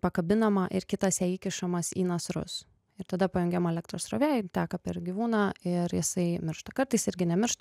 pakabinama ir kitas jai įkišamas į nasrus ir tada pajungiama elektros srovė jin teka per gyvūną ir jisai miršta kartais irgi nemiršta